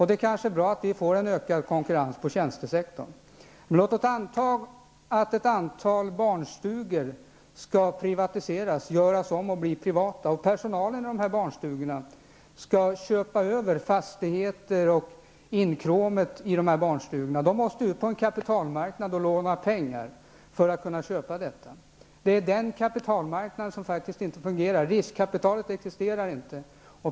Det är kanske bra med ökad konkurrens inom tjänstesektorn. Men låt oss anta att ett antal barnstugor skall privatiseras och att personalen i barnstugorna skall köpa över fastigheter och inkråmet i dem. De måste då ut på kapitalmarknaden och låna pengar för att kunna göra köpet, men det är en marknad som faktiskt inte fungerar. Riskkapitalet existerar inte.